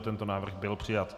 Tento návrh byl přijat.